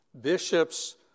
bishops